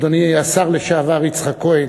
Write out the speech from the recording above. אדוני השר לשעבר יצחק כהן,